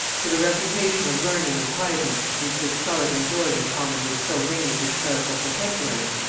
to the reputation of learning and piety which this prelate enjoyed in common with so many of his clerical contemporaries,